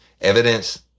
Evidence